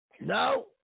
No